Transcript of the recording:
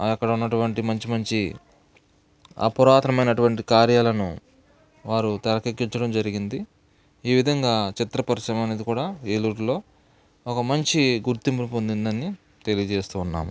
అక్కడున్నటువంటి మంచి మంచి పురాతనమైనటువంటి కార్యాలను వారు తెరకెక్కించడం జరిగింది ఈ విధంగా చిత్ర పరిశ్రమ అనేది కూడా ఏలూరులో ఒక మంచి గుర్తింపును పొందిందని తెలియచేస్తూ ఉన్నాము